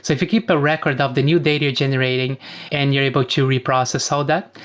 if you keep a record of the new data you're generating and you're able to reprocess all that,